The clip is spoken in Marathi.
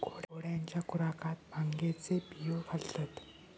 घोड्यांच्या खुराकात भांगेचे बियो घालतत